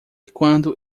quando